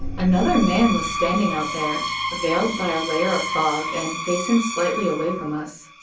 another man was standing out there, veiled by a layer of fog and facing slightly away from us.